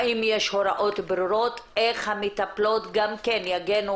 האם יש הוראות ברורות איך המטפלות גם כן יגנו